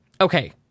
Okay